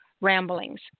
ramblings